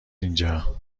اینجا